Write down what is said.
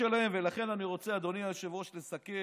את שלהם, ולכן אני רוצה, אדוני היושב-ראש, לסכם.